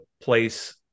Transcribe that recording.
place